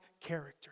character